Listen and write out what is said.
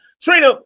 Trina